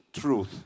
truth